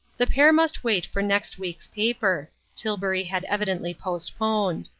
the pair must wait for next week's paper tilbury had evidently postponed.